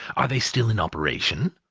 are they still in operation?